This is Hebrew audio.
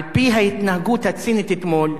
על-פי ההתנהגות הצינית אתמול,